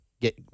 get